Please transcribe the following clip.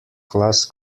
class